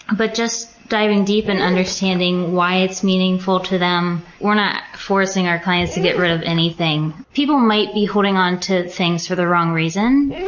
ah but diving deep and understanding why it's meaningful to them. we're not forcing our clients to get rid of anything. people might be holding onto things for the wrong reason.